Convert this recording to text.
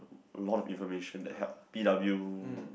a lot of information that help p_w